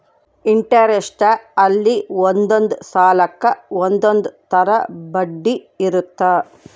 interest ಅಲ್ಲಿ ಒಂದೊಂದ್ ಸಾಲಕ್ಕ ಒಂದೊಂದ್ ತರ ಬಡ್ಡಿ ಇರುತ್ತ